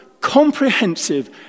comprehensive